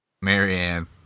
Marianne